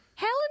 Helen